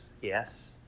yes